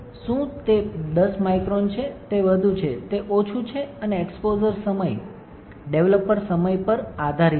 શું તે 10 માઇક્રોન છે તે વધુ છે તે ઓછું છે અને એક્સપોઝર સમય ડેવલપર સમય પર આધારિત છે